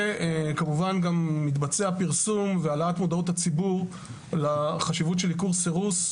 כמובן גם מתבצע פרסום והעלאת מודעות הציבור לחשיבות של עיקור וסירוס,